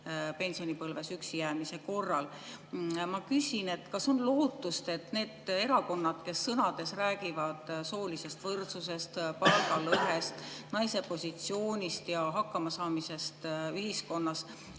pensionipõlves üksijäämise korral. Ma küsin, kas on lootust, et need erakonnad, kes sõnades räägivad soolisest võrdsusest, palgalõhest, naise positsioonist ja hakkamasaamisest ühiskonnas,